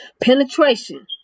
penetration